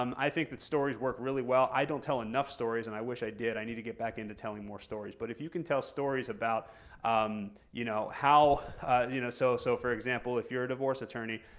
um i think that stories work really well. i don't tell enough stories and i wish i did. i need to get back into telling more stories. but if you can tell stories, about um you know you know so so for example, if you're a divorce attorney,